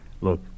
Look